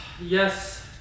Yes